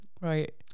right